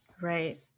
Right